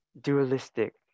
dualistic